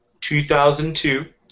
2002